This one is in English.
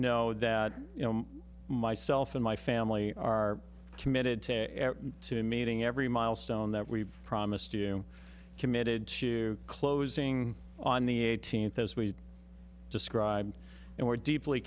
know that you know myself and my family are committed to to meeting every milestone that we promised you committed to closing on the eighteenth as we describe and were deeply